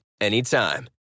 anytime